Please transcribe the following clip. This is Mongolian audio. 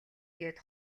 гээд